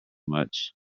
much